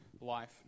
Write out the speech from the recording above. life